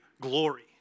glory